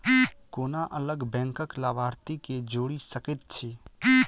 कोना अलग बैंकक लाभार्थी केँ जोड़ी सकैत छी?